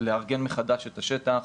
לארגן מחדש את השטח